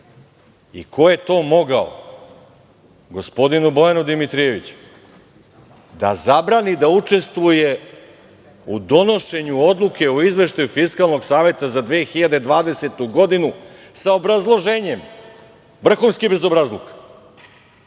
ko je to mogao gospodinu Bojanu Dimitrijeviću da zabrani da učestvuje u donošenju odluke o Izveštaju Fiskalnog saveta za 2020. godinu sa obrazloženjem, vrhunski bezobrazluk,